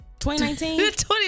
2019